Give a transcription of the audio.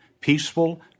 peaceful